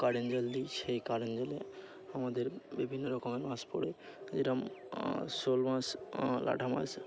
current জল দিই সেই কারেন্ট জলে আমাদের বিভিন্ন রকমের মাছ পড়ে যেরকম শোল মাছ লাঠা মাছ